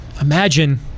Imagine